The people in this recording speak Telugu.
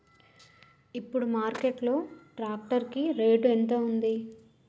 ఇప్పుడు మార్కెట్ లో ట్రాక్టర్ కి రేటు ఎంత ఉంది?